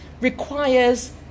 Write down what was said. requires